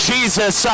Jesus